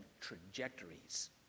trajectories